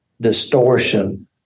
distortion